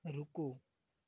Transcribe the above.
ਰੁਕੋ